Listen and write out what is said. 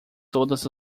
todas